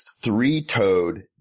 three-toed